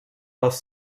les